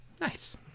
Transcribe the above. Nice